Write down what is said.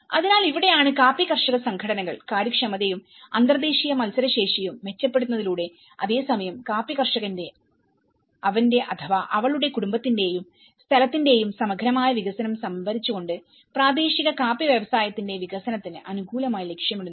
അതിനാൽ ഇവിടെയാണ് കാപ്പി കർഷക സംഘടനകൾ കാര്യക്ഷമതയും അന്തർദേശീയ മത്സരശേഷിയും മെച്ചപ്പെടുത്തുന്നതിലൂടെയും അതേ സമയം കാപ്പി കർഷകന്റെ അവന്റെ അവളുടെ കുടുംബത്തിന്റെയും സ്ഥലത്തിന്റെയും സമഗ്രമായ വികസനം സംഭരിച്ചുകൊണ്ട് പ്രാദേശിക കാപ്പി വ്യവസായത്തിന്റെ വികസനത്തിന് അനുകൂലമായി ലക്ഷ്യമിടുന്നത്